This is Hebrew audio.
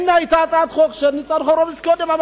הנה, היתה הצעת חוק של ניצן הורוביץ קודם.